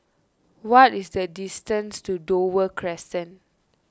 what is the distance to Dover Crescent